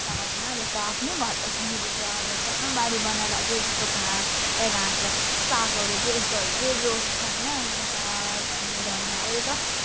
लगाउँदैनौँ जस्तो आफ्नै घरपछाडि जस्तो अब सानो बारी बनाएर चाहिँ जस्तो घाँस ए घाँस अरे सागहरू चाहिँ यस्तोहरू चाहिँ रोप्छ होइन जस्तो साग अनि धनियाँ अब जस्तो